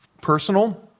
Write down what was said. personal